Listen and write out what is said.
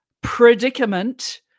predicament